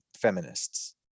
feminists